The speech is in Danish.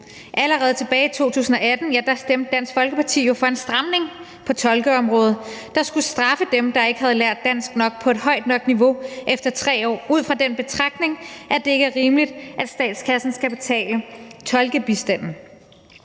Allerede tilbage i 2018 stemte Dansk Folkeparti jo for en stramning på tolkeområdet, der skulle straffe dem, der ikke havde lært dansk på et højt nok niveau efter 3 år, ud fra den betragtning, at det ikke er rimeligt, at statskassen skal betale tolkebistanden.